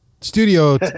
studio